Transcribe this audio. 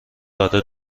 داره